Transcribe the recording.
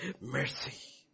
mercy